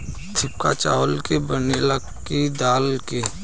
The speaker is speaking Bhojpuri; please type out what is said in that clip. थुक्पा चावल के बनेला की दाल के?